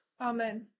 Amen